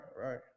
right